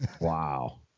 Wow